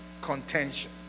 contention